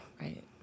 Right